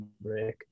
break